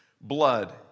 Blood